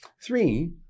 Three